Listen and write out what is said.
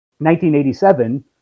1987